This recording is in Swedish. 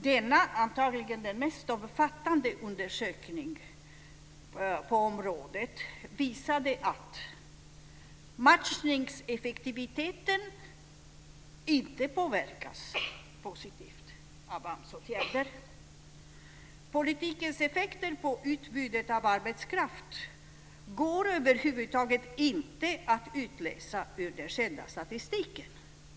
Denna undersökning - antagligen den mest omfattande på området - visade att matchningseffektiviteten inte påverkas positivt av AMS åtgärder. Politikens effekter på utbudet av arbetskraft går över huvud taget inte att utläsa ur den kända statistiken.